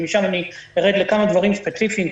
ומשם אני ארד לכמה דברים ספציפיים,